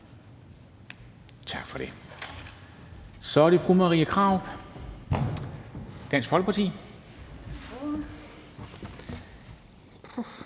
tak for det – er det fru Marie Krarup, Dansk Folkeparti.